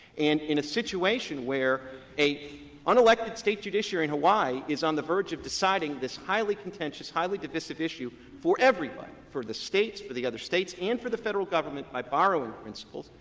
and in a situation where an unelected state judiciary in hawaii is on the verge of deciding this highly contentious, highly divisive issue for everybody, for the states for the other states and for the federal government by borrowing principle,